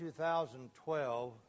2012